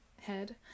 head